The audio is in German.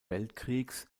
weltkriegs